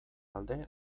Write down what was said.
alde